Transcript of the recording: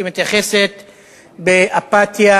שמתייחסת באפתיה,